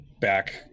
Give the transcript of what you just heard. back